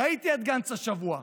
ראיתי את גנץ השבוע.